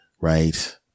right